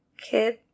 kid